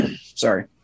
Sorry